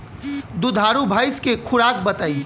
दुधारू भैंस के खुराक बताई?